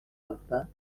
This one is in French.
alpins